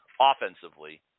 offensively